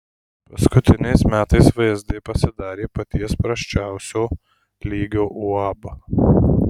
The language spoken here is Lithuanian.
paskutiniais metais vsd pasidarė paties prasčiausio lygio uab